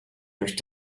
durch